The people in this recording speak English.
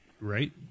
Right